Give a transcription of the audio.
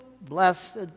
blessed